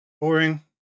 Boring